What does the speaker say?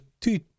two